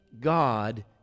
God